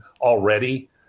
already